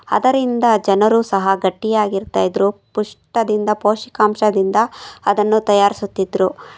ಅದರಿಂದ ಜನರು ಸಹ ಗಟ್ಟಿಯಾಗಿರುತ್ತಾ ಇದ್ದರು ಪುಷ್ಟದಿಂದ ಪೋಷಕಾಂಶದಿಂದ ಅದನ್ನು ತಯಾರಿಸುತ್ತಿದ್ರು